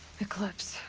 eclipse.